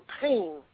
pain